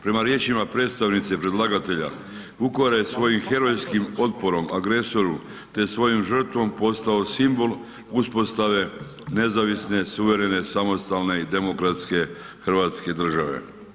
Prema riječima predstavnice predlagatelja, Vukovar je svojim herojskim otporom agresoru te svojom žrtvom postao simbol uspostave nezavisne suverene, samostalne i demokratske hrvatske države.